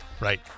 Right